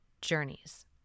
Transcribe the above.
journeys